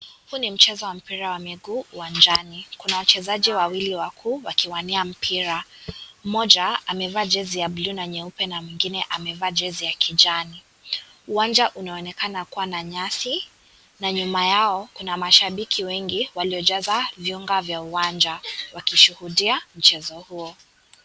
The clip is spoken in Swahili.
Huu ni mchezo wa mpira wa miguu uwanjani. Kuna wachezaji wawili wakuu wakiwania mpira. Mmoja amevalia jezi ya bluu na nyeupu na mwingine maevaa jezi ya kijani .Uwanja unaonekana kuwa na nyasi na nyuma yao kuna mashabiki wengi waliojaza viunga vya uwanja wakishuudia mchezo huo.